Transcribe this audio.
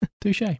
Touche